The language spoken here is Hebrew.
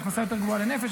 הכנסה יותר גבוהה לנפש,